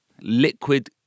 Liquid